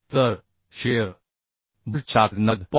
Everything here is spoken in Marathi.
तर शिअर बोल्टची ताकद 90